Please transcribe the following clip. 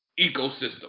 ecosystem